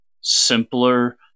simpler